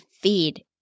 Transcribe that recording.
feed